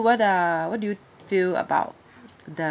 what uh what do you feel about the